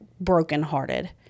brokenhearted